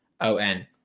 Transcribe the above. O-N